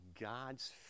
God's